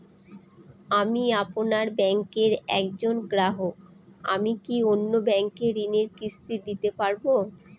আমি আপনার ব্যাঙ্কের একজন গ্রাহক আমি কি অন্য ব্যাঙ্কে ঋণের কিস্তি দিতে পারবো?